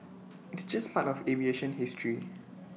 it's just part of aviation history